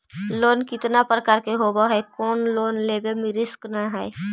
Loan कितना प्रकार के होबा है कोन लोन लेब में रिस्क न है?